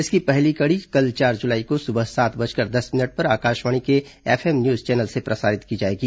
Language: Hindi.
इसकी पहली कड़ी कल चार जुलाई को सुबह सात बजकर दस मिनट पर आकाशवाणी के एफ एम न्यूज चैनल से प्रसारित की जाएगी